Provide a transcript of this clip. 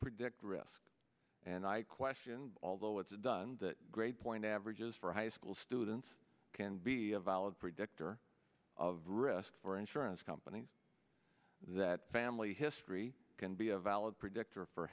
predict risk and i question although it's done that grade point averages for high school students can be a valid predictor of risk for insurance companies that family history can be a valid predictor for